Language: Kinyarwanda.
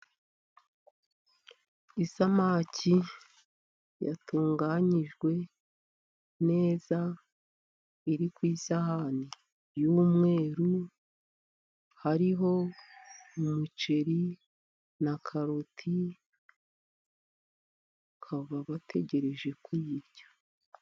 Isamaki yatunganyijwe neza, iri ku isahani y'umweru hariho umuceri na karoti, bakaba bategereje kuyirya.